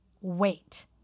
wait